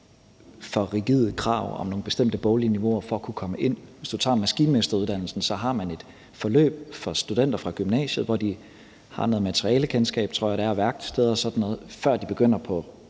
for rigide krav om nogle bestemte boglige niveauer for at kunne komme ind. F.eks. har man på maskinmesteruddannelsen et forløb for studenter fra gymnasiet, hvor de bliver undervist i materialekendskab – tror jeg det er – og er i værksted og sådan noget, før de begynder på